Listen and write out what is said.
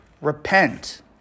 Repent